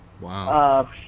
Wow